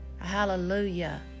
Hallelujah